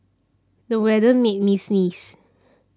the weather made me sneeze